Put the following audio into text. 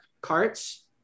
carts